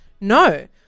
no